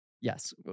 yes